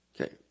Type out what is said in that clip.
Okay